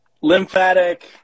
lymphatic